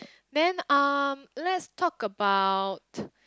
then um let's talk about